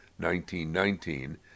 1919